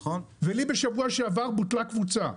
בשבוע שעבר בוטלה לי קבוצה,